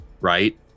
right